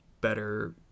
better